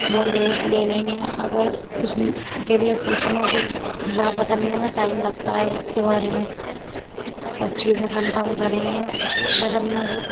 وہ لیٹ لے لیں گے اگر اس پھر یہ پوچھیں گے وہ بدلنے میں ٹائم لگتا ہے اس کے بارے میں سب چیزیں کنفرم کریں گے بدلنے سے